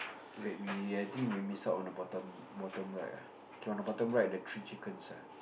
wait we I think we missed out on the bottom bottom right ah K on the bottom right the three chickens ah